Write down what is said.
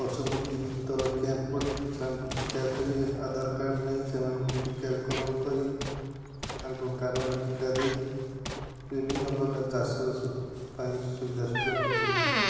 ବର୍ଷକୁ ଦୁଇ ତିନି ଥର କ୍ୟାମ୍ପ ପଡ଼ି ସେମାନଙ୍କୁ ଟିକା କରି ଆଧାର କାର୍ଡ଼ ନେଇ ସେମାନଙ୍କୁ ଟିକାକରଣ କରି ତାଙ୍କ କାନରେ ଟିକା ଦେଇ ବିଭିନ୍ନ ପ୍ରକାର ଚାଷବାସ ପାଇଁ ସୁବିଧା ସୁଯୋଗ କରିଛନ୍ତି